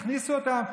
הכניסו אותם.